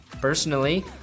Personally